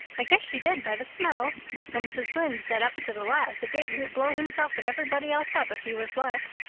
i guess she did, by the smell, though mrs. lynde said up to the last that davy would blow himself and everybody else up if he was let.